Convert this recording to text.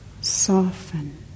soften